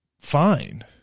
fine